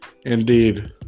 Indeed